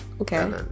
okay